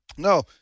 No